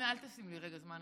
אל תשים לי רגע זמן,